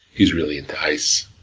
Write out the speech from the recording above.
he's really into ice.